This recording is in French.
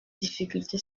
difficulté